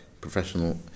professional